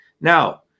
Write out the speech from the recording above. Now